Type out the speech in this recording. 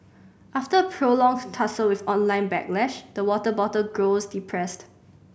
after a prolonged tussle with online backlash the water bottle grows depressed